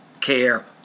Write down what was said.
care